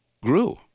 grew